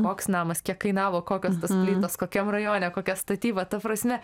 koks namas kiek kainavo kokios tos plytos kokiam rajone kokia statyba ta prasme